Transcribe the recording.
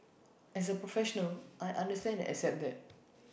as A professional I understand and accept that